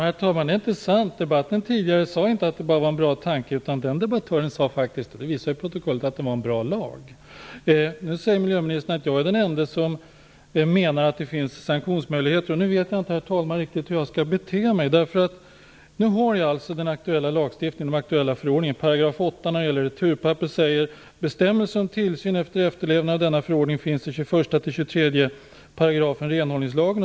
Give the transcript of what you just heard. Herr talman! Det är inte sant att den tidigare debattören sade att det bara var en bra tanke, utan hon sade - det kommer protokollet att visa - att det var en bra lag. Nu säger miljöministern att jag är den ende som menar att det finns sanktionsmöjligheter. Nu vet jag inte riktigt hur jag skall bete mig, herr talman. Jag har alltså den aktuella förordningen här. I 8 § om returpapper sägs det att bestämmelser om tillsyn av efterlevnad av denna förordning finns i 21-23 §§ renhållningslagen.